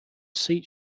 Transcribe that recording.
seat